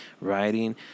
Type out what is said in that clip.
writing